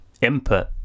Input